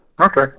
Okay